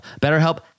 BetterHelp